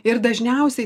ir dažniausiai